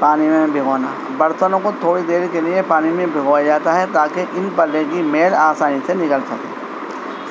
پانی میں بھگونا برتنوں کو تھوڑی دیر کے لیے پانی میں بھگویا جاتا ہے تاکہ ان پر لگی میل آسانی سے نکل سکے